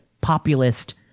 populist